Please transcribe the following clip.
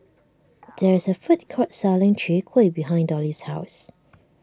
there is a food court selling Chwee Kueh behind Dolly's house